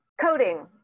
Coding